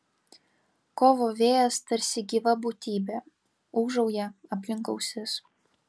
kovo vėjas tarsi gyva būtybė ūžauja aplink ausis